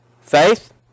faith